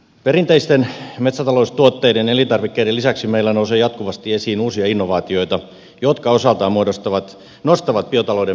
perinteisten metsätaloustuotteiden ja elintarvikkeiden lisäksi meillä nousee jatkuvasti esiin uusia innovaatioita jotka osaltaan nostavat biotalouden merkitystä ja mahdollisuuksia